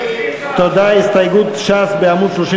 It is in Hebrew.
קבוצת העבודה, בעמוד 31